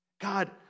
God